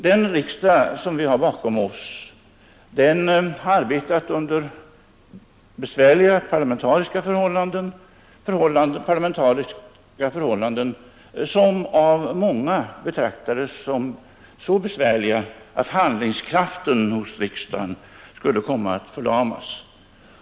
Den riksdag vi har bakom oss har arbetat under besvärliga parlamentariska förhållanden, parlamentariska förhållanden som av många betraktades som så besvärliga att de trodde att riksdagens handlingskraft skulle komma att förlamas.